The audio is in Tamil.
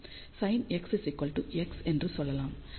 sin x x என்று சொல்லலாம்